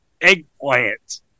Eggplant